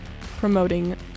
promoting